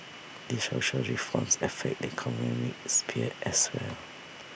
these social reforms affect the economic sphere as well